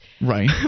Right